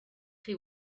chi